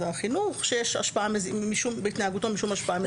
החינוך שיש בהתנהגותו משום השפעה מזיקה".